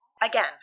Again